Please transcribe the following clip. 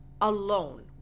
Alone